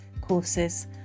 courses